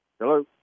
Hello